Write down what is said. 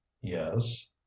yes